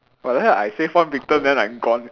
but then I save one victim then I gone